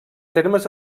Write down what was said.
termes